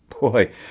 Boy